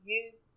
use